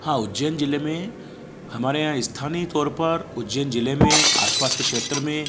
हाँ उज्जैन जिले में हमारे यहाँ स्थानीय तौर पर उज्जैन जिले में आस पास के क्षेत्र में